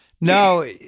No